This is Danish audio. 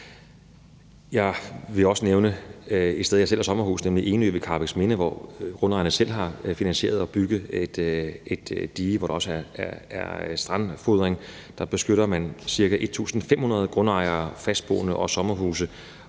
Jeg vil også nævne et sted, jeg selv har sommerhus, nemlig Enø ved Karrebæksminde, hvor grundejerne selv har finansieret at bygge et dige, hvor der også er strandfodring. Der beskytter man ca. 1.500 grundejere, fastboende og sommerhuse,